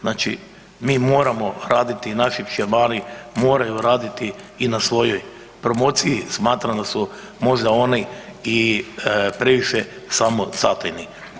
Znači, mi moramo raditi i naši pčelari moraju raditi i na svojoj promociji, smatram da su možda oni i previše samozatajni.